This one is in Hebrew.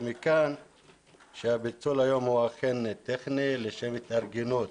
ומכאן שהפיצול היום הוא אכן טכני לשם התארגנות